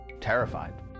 terrified